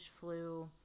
flu